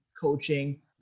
coaching